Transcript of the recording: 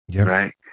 right